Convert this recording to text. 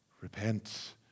Repent